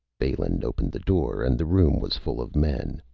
balin opened the door, and the room was full of men.